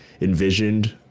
envisioned